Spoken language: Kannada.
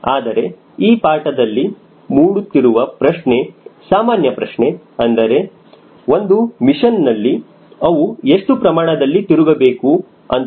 ಆದರೆ ಈ ಪಾಠದಲ್ಲಿ ಮೂಡುತ್ತಿರುವ ಪ್ರಶ್ನೆ ಸಾಮಾನ್ಯ ಪ್ರಶ್ನೆ ಅಂದರೆ ಒಂದು ಮಿಷನ್ ನಲ್ಲಿ ಅವು ಎಷ್ಟು ಪ್ರಮಾಣದಲ್ಲಿ ತಿರುಗಬೇಕು ಅಂತ